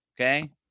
okay